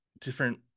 different